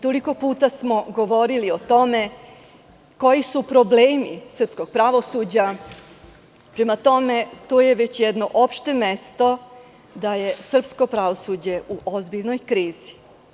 Toliko puta smo govorili o tome koji su problemi srpskog pravosuđa, tako da je to već jedno opšte mesto da je srpsko pravosuđe u ozbiljnoj krizi.